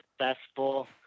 successful